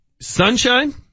Sunshine